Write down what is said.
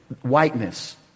whiteness